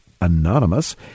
anonymous